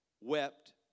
wept